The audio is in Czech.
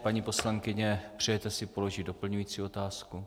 Paní poslankyně, přejete si položit doplňující otázku?